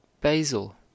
Basil